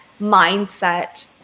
mindset